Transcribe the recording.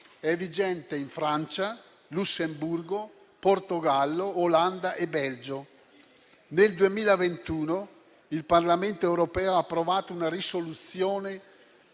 è vigente in Francia, Lussemburgo, Portogallo, Olanda e Belgio. Nel 2021 il Parlamento europeo ha approvato una risoluzione